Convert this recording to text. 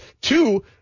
two